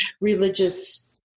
religious